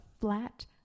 flat